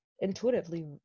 intuitively